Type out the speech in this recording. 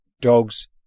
Dogs